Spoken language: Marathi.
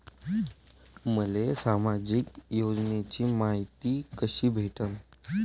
मले सामाजिक योजनेची मायती कशी भेटन?